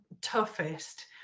toughest